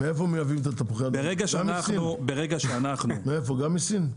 מאיפה מייבאים את תפוחי האדמה, גם מסין?